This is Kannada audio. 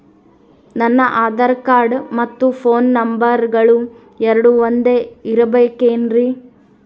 ನನ್ನ ಆಧಾರ್ ಕಾರ್ಡ್ ಮತ್ತ ಪೋನ್ ನಂಬರಗಳು ಎರಡು ಒಂದೆ ಇರಬೇಕಿನ್ರಿ?